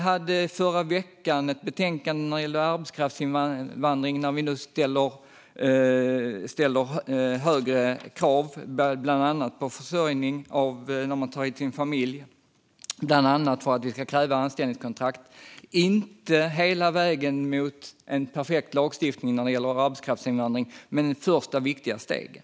I förra veckan fanns ett betänkande om arbetskraftsinvandring där vi ställde högre krav på bland annat försörjning av familj, bland annat genom att kräva anställningskontrakt. Det är inte hela vägen mot en perfekt lagstiftning i fråga om arbetskraftsinvandring, men det är de första viktiga stegen.